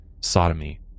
sodomy